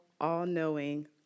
all-knowing